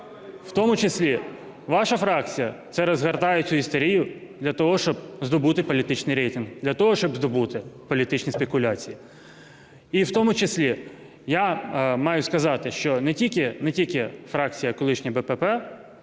в тому числі ваша фракція ще розгортає цю істерію для того, щоб здобути політичний рейтинг, для того, щоб здобути політичні спекуляції. І в тому числі я маю сказати, що не тільки фракція колишня БПП